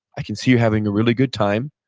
i can see you having a really good time,